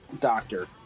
Doctor